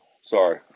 Sorry